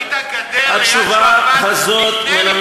התשובה הזאת,